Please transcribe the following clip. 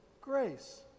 grace